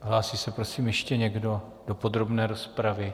Hlásí se prosím ještě někdo do podrobné rozpravy?